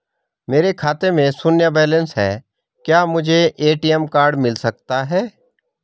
मेरे खाते में शून्य बैलेंस है क्या मुझे ए.टी.एम कार्ड मिल सकता है?